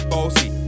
Bossy